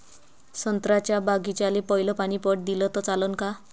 संत्र्याच्या बागीचाले पयलं पानी पट दिलं त चालन का?